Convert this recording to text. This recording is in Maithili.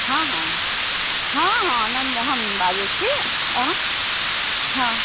हँ हँ हँ हँ नन्द हम बाजै छी आइ हँ